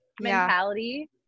mentality